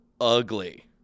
ugly